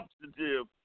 substantive